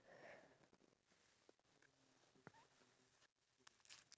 um when I was a child I wanted to be a princess